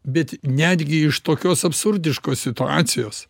bet netgi iš tokios absurdiškos situacijos